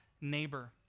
neighbor